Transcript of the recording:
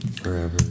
forever